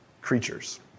creatures